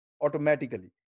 automatically